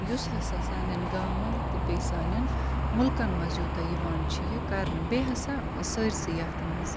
یُس ہَسا سانٮ۪ن گامَن تہٕ بیٚیہِ سانٮ۪ن مُلکَن منٛز یوٗتاہ یِوان چھِ یہِ کَرنہٕ بیٚیہِ ہَسا سٲرسٕے یَتھ منٛز